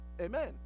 Amen